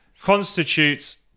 constitutes